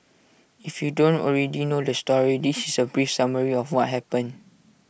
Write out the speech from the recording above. if you don't already know the story this is A brief summary of what happened